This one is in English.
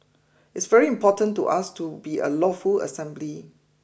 it's very important to us to be a lawful assembly